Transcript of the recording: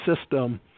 system